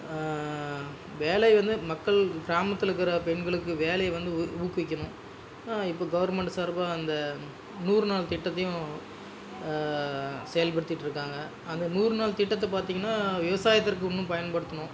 வேலை வந்து மக்கள் கிராமத்திலருக்குற பெண்களுக்கு வேலை வந்து ஊக்குவிக்குணும் இப்போ கவர்மெண்ட் சார்பாக அந்த நூறுநாள் திட்டத்தையும் செயல்படுத்திட்டுருக்காங்க அந்த நூறு நாள் திட்டத்தை பார்த்திங்கனா விவசாயத்திற்கு இன்னும் பயன்படுத்துணும்